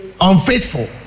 Unfaithful